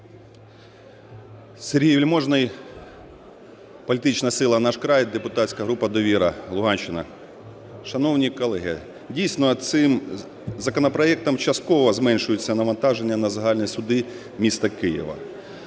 Сергій Вельможний, політична сила "Наш край", депутатська група "Довіра", Луганщина. Шановні колеги, дійсно, цим законопроектом частково зменшується навантаження на загальні суди міста Києва.